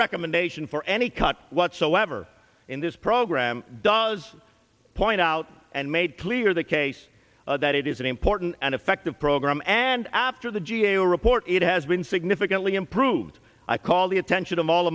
recommendation for any cut whatsoever in this program does point out and made clear the case that it is an important and effective program and after the g a o report it has been significantly improved i call the attention of all